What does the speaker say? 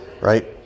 right